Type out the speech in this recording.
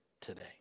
today